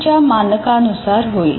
च्या मानकानुसार होईल